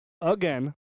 Again